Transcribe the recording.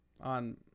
on